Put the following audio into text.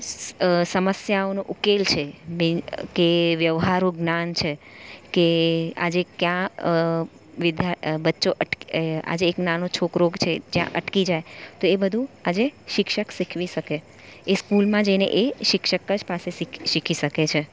સ અ સમસ્યાઓનો ઉકેલ છે બીન કે વ્યવહારું જ્ઞાન છે કે આજે કયા વિધ બચો આજે એક નાનો છોકરો છે જ્યાં અટકી જાય તે બધું આજે શિક્ષક શીખવી શકે છે એ સ્કૂલમાં જઈને શિક્ષક જ પાસે શીખી શકે છે